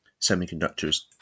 Semiconductors